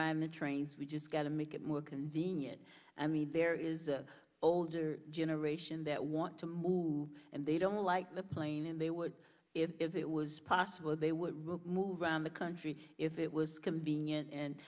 riding the trains we just got to make it more convenient i mean there is the older generation that want to move and they don't like the plane and they would if it was possible they would move around the country if it was convenient and